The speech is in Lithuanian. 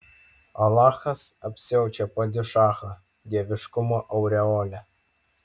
alachas apsiaučia padišachą dieviškumo aureole